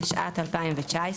התשע"ט 2019